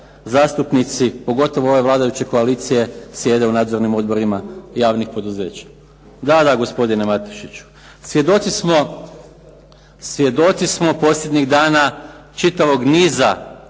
zastupnici pogotovo ove vladajuće koalicije sjede u nadzornim odborima javnih poduzeća. Da, da gospodine Matušiću. Svjedoci smo, svjedoci smo posljednjih dana čitavog niza